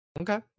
okay